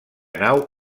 nau